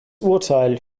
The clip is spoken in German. urteil